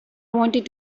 wanted